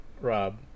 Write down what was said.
rob